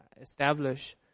establish